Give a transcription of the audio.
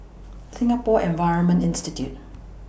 Singapore Environment Institute